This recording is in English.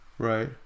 right